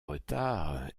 retards